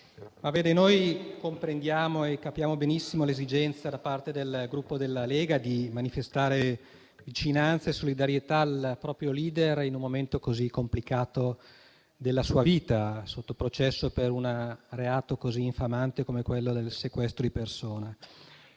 noi comprendiamo benissimo l'esigenza da parte del Gruppo della Lega di manifestare vicinanza e solidarietà al proprio *leader* in un momento così complicato della sua vita: sotto processo per un reato così infamante come quello del sequestro di persona.